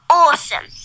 awesome